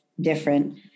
different